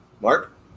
Mark